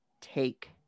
take